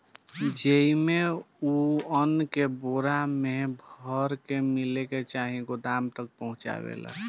जेइमे, उ अन्न के बोरा मे भर के मिल चाहे गोदाम तक पहुचावेला